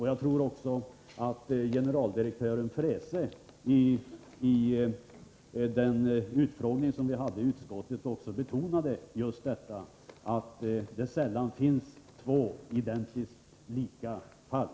Jag tror att generaldirektören Freese i den utfrågning som vi hade i utskottet också betonade att det sällan finns två identiskt lika fall.